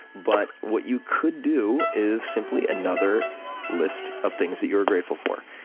but what you could do is simply another list of things that you're grateful for.